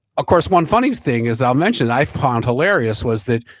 of course one funny thing is, i'll mention that i found hilarious was that,